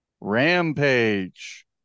Rampage